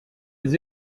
les